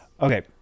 Okay